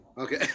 Okay